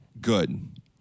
good